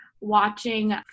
watching